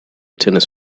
tennis